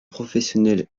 professionnels